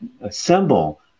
assemble